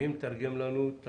מי מתרגם לנו את